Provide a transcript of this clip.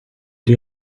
die